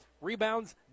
Rebounds